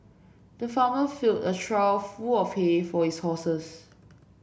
the farmer filled a trough full of hay for his horses